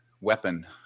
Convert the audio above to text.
weapon